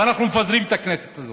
אנחנו מפזרים את הכנסת הזאת.